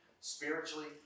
spiritually